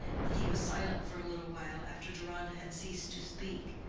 and he was silent for a little while after deronda had ceased to speak.